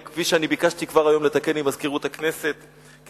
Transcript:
וכפי שביקשתי כבר היום ממזכירות הכנסת לתקן,